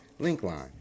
LinkLine